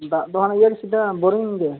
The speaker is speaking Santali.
ᱫᱟᱜ ᱫᱚ ᱤᱭᱟᱹ ᱨᱮ ᱥᱩᱫᱷᱟᱹ ᱵᱳᱨᱤᱝ ᱜᱮ